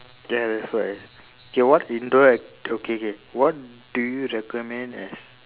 ya that's why okay what indoor act~ okay okay what do you recommend as